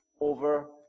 over